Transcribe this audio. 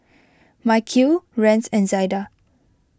Mikeal Rance and Zaida